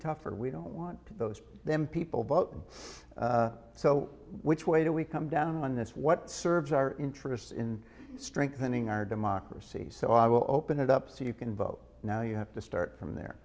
tougher we don't want those then people vote so which way do we come down on this what serves our interests in strengthening our democracy so i will open it up so you can vote now you have to start from there